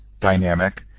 dynamic